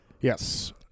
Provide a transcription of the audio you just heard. Yes